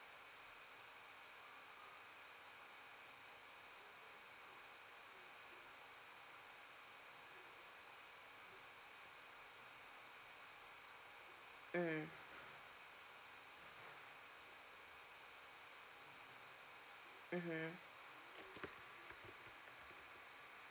mm mmhmm